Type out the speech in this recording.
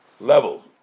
level